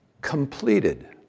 completed